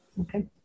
Okay